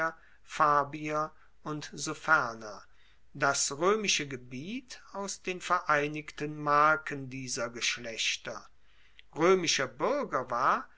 fabier und so ferner das roemische gebiet aus den vereinigten marken dieser geschlechter roemischer buerger war